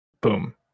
boom